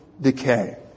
decay